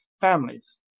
families